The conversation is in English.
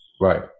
Right